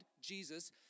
Jesus